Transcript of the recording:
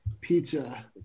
Pizza